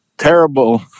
terrible